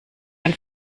ein